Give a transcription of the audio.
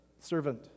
servant